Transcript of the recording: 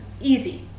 easy